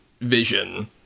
vision